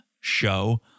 show